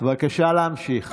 בבקשה להמשיך.